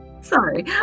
sorry